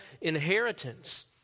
inheritance